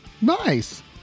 Nice